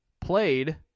played